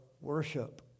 worship